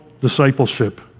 discipleship